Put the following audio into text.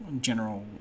general